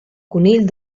conill